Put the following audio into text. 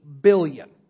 billion